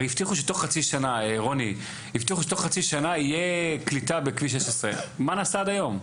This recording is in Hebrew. הרי הבטיחו שתוך חצי שנה יהיה קליטה בכביש 16. מה נעשה עד היום?